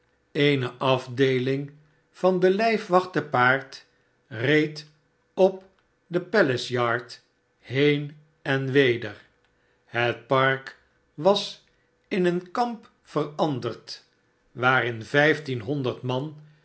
eene afdeeling van de lijfwacht te paard reed op de palace yard heen en weder het park was in een kamp ver anderd waarin vijftienhonderd man